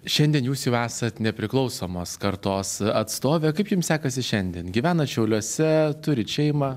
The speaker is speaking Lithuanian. šiandien jūs jau esat nepriklausomos kartos atstovė kaip jums sekasi šiandien gyvenat šiauliuose turit šeimą